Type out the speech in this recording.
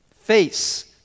Face